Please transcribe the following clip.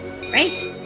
right